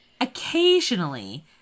occasionally